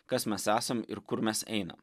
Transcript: kas mes esam ir kur mes einam